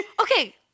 Okay